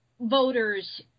voters –